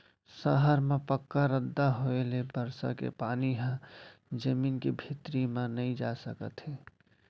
सहर म पक्का रद्दा होए ले बरसा के पानी ह जमीन के भीतरी म नइ जा सकत हे